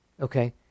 Okay